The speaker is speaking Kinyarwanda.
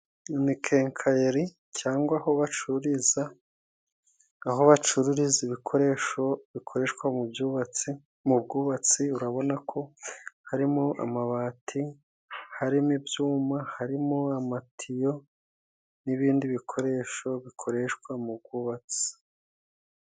Iyi ni kenkayeri cyangwa aho bacururiza, aho bacururiza ibikoresho bikoreshwa mu bwubatsi. Mu bwubatsi urabona ko harimo amabati, harimo ibyuma, harimo amatiyo, n'ibindi bikoresho bikoreshwa mu bwubatsi.